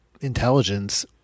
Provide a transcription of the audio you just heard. intelligence